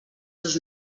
seus